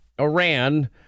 Iran